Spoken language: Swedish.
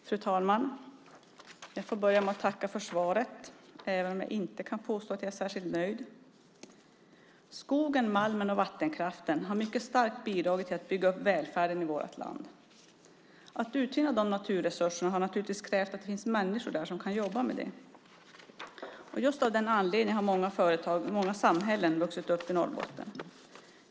Fru talman! Jag vill börja med att tacka för svaret, även om jag inte kan påstå att jag är särskilt nöjd. Skogen, malmen och vattenkraften har mycket starkt bidragit till att vi har kunnat bygga upp välfärden i vårt land. Att utnyttja de naturresurserna har naturligtvis krävt att det finns människor som kan jobba med dem. Just av den anledningen har många samhällen vuxit upp i Norrbotten.